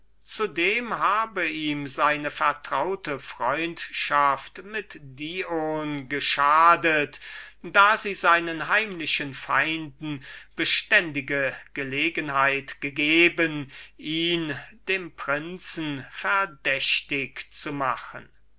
zudem habe ihm seine vertraute freundschaft mit dem dion geschadet da sie seinen heimlichen feinden beständige gelegenheit gegeben ihn dem prinzen verdächtig zu machen